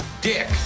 dick